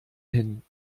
hin